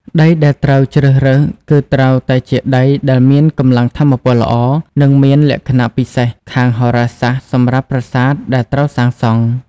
ដីដែលត្រូវជ្រើសរើសគឺត្រូវតែជាដីដែលមានកម្លាំងថាមពលល្អ និងមានលក្ខណៈពិសេសខាងហោរាសាស្ត្រសម្រាប់ប្រាសាទដែលត្រូវសាងសង់។